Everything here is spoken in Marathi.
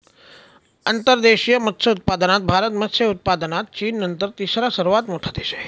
अंतर्देशीय मत्स्योत्पादनात भारत मत्स्य उत्पादनात चीननंतर तिसरा सर्वात मोठा देश आहे